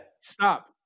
Stop